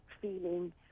feeling